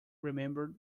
remembered